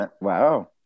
Wow